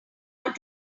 ought